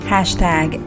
Hashtag